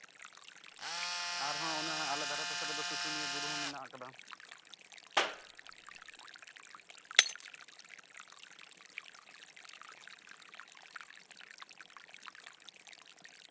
ᱟᱨᱦᱚᱸ ᱚᱱᱟ ᱫᱷᱟᱨᱮ ᱯᱟᱥᱮ ᱨᱮᱫᱚ ᱥᱩᱥᱩᱱᱤᱭᱟᱹ ᱵᱩᱨᱩ ᱦᱚᱸ ᱢᱮᱱᱟᱜ ᱟᱠᱟᱫᱟ